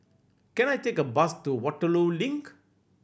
can I take a bus to Waterloo Link